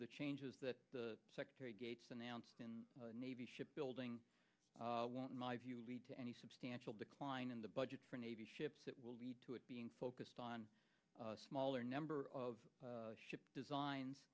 the changes that the secretary gates announced in navy ship building in my view lead to any substantial decline in the budget for navy ships that will lead to it being focused on a smaller number of ship designs